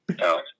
No